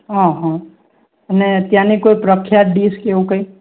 હં હં અને ત્યાંની કોઈ પ્રખ્યાત ડિસ કે એવું કંઈ